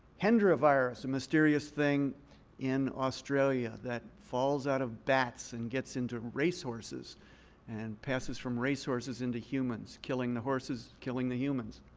hendra virus, a mysterious thing in australia that falls out of bats and gets into racehorses and passes from racehorses into humans, killing the horses, killing the humans.